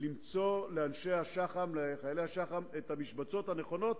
למצוא לחיילי שח"מ את המשבצות הנכונות,